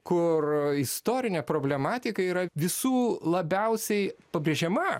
kur istorinė problematika yra visų labiausiai pabrėžiama